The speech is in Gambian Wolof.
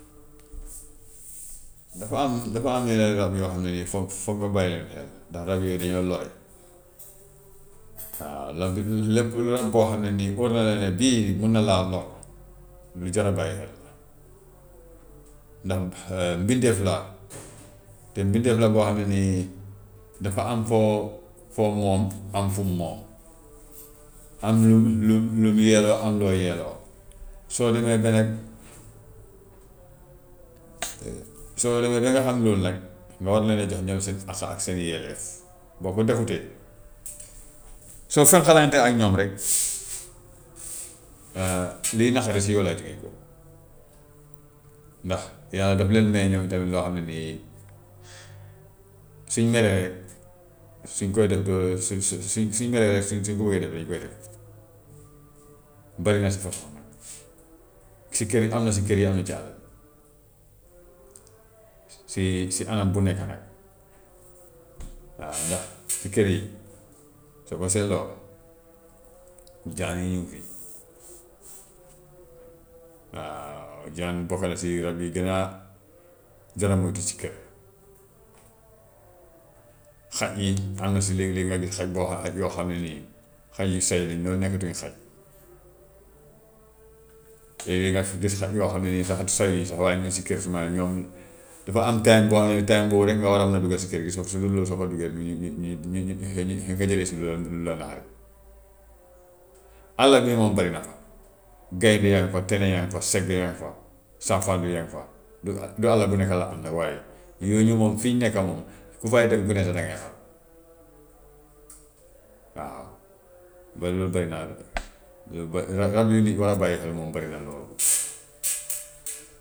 dafa am dafa am yenn rab yoo xam ne nii foog foog nga bàyyi leen xel ndax rab yooyu dañoo lore waaw rab lépp rab boo xam ne nii óor na la ne bii mun na laa lor lu jar a bàyyi xel la ndax mbindéef la te mbindéef la boo xamante nii dafa am foo, foo moom, am fu mu moom, am lu lu lu lu mu yelloo am loo yelloo. Soo demee ba ne soo demee ba nga xam loolu nag nga war leen a jox ñoom seen àq ak seen yelleef, boo ko defutee soo fenqelantee ak ñoom rek luy naqari si yow lay jugee koo, ndax yàlla daf leen may ñoom tamit loo xam ne nii suñ meree rek suñ koy def doo suñ suñ suñ suñ meree rek suñ suñ buggee def dañ koy def bari na si façon nag si kër yi am na si kër yi am na ci àll bi si si anam bu nekk nag, waaw ndax kër yi soo ko seetloo jaan yi ñu ngi fi waaw jaan bokk na si rab yi gën a gën a si kër. Xaj yi am na si léeg-léeg nga gis xaj boo xam ne yoo xam ne nii xaj yi say lañ yooyu nekkatuñ xaj léeg-léeg nga gis xaj yoo xam ne nii sax sayuñu sax waaye ñu ngi si kër ñoom dafa am time boo xam ne time boobu rek nga war a mun a dugga si kër gi so su dul loolu soo fa duggee ñu ñu ñu nga jë- nga jëlee si lu la lu la naqari. àlla bi moom bari na ko gaynde yaa ngi fa, kaña yaa nga fa, segg yaa nga fa, saafaandu yaa nga fa, du à- du àlla bu nekk la am nag waaye yooyu moom fi ñu nekk moom ku fay dem ku ne sax dangay xaru waaw loolu ba- rab rab yu nit war a bàyyi xel moom bari na lool.